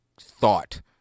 thought